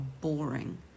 boring